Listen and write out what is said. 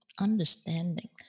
understanding